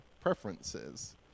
preferences